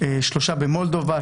שלושה במולדובה,